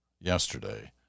yesterday